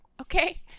okay